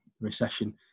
recession